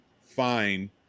fine